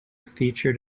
featured